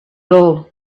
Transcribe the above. all